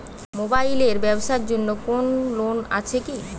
Mobile এর ব্যাবসার জন্য কোন লোন আছে কি?